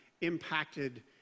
impacted